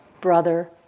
brother